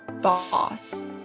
boss